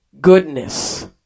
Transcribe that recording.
goodness